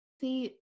see